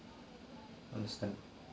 understand